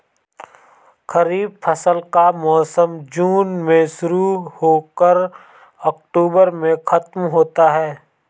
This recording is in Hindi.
खरीफ फसल का मौसम जून में शुरू हो कर अक्टूबर में ख़त्म होता है